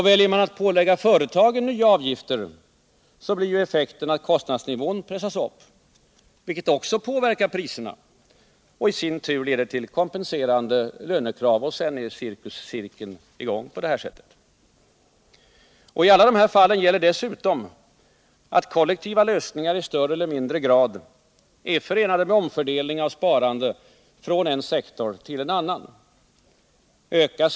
Väljer man att ålägga företagen nya avgifter, blir effekten att kostnadsnivån pressas upp, vilket också påverkar priserna och i sin tur leder till kompenserande löncekrav — och sedan är cirkeln i gång. I alla de här fallen gäller dessutom att kollektiva lösningar i större eller mindre grad är förenade med omfördelning av sparande från en scktor till en annan.